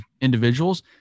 individuals